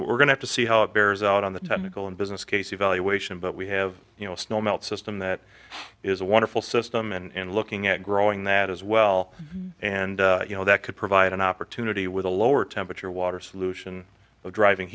we're going to see how it bears out on the technical and business case evaluation but we have you know snow melt system that is a wonderful system and looking at growing that as well and you know that could provide an opportunity with a lower temperature water solution for driving